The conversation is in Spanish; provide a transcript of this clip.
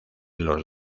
los